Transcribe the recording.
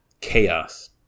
Chaos